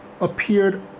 appeared